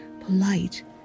Polite